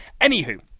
Anywho